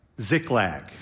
Ziklag